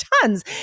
tons